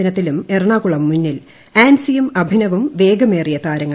ദിനത്തിലും എറണാകുളം മുന്നിൽ അൻസിയും അഭിനവും വേഗമേറിയ താരങ്ങൾ